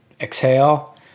Exhale